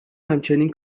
همچنین